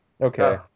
Okay